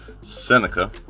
Seneca